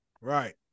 Right